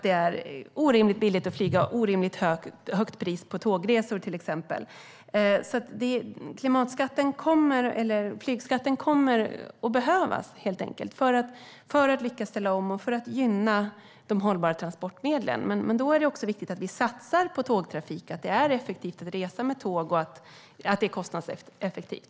Det är orimligt billigt att flyga och orimligt höga priser på tågresor till exempel. Flygskatten kommer helt enkelt att behövas för att lyckas ställa om och för att gynna de hållbara transportmedlen. Men då är det också viktigt att vi satsar på tågtrafik, att det är effektivt att resa med tåg och att det är kostnadseffektivt.